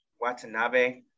Watanabe